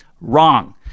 Wrong